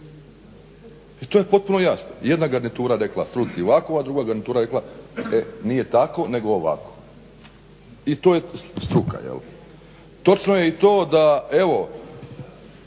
i to je potpuno jasno. Jedna garnitura rekla struci ovako, a druga garnitura rekla nije tako nego ovako. I to je struka. Točno je i to da evo